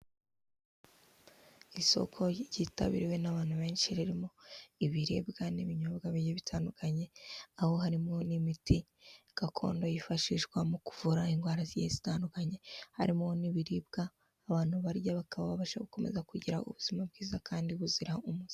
Isoko ryitabiriwe n'abantu benshi, ririmo ibiribwa n'ibinyobwa bigiye bitandukanye, aho harimo n'imiti gakondo, yifashishwa mu kuvura indwara zigiye zitandukanye, harimo n'ibiribwa abantu barya bakaba babasha gukomeza kugira ubuzima bwiza kandi buzira umuze.